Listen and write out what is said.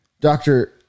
doctor